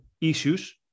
issues